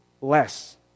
less